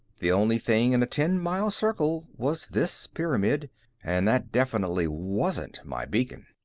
the only thing in a ten-mile circle was this pyramid and that definitely wasn't my beacon.